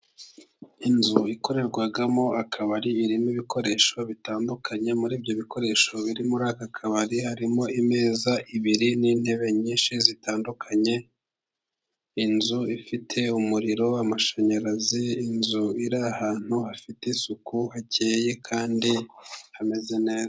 Inzu ikorerwamo akabari irimo ibikoresho bitandukanye, muri ibyo bikoresho biri muri aka kabari harimo:ameza abiri n'intebe nyinshi zitandukanye, inzu ifite umuriro, amashanyarazi, inzu iri ahantu hafite isuku hakeye kandi hameze neza.